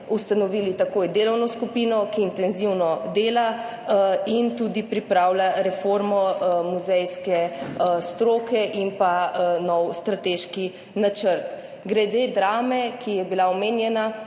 ustanovili delovno skupino, ki intenzivno dela in tudi pripravlja reformo muzejske stroke in pa nov strateški načrt. Glede Drame, ki je bila omenjena,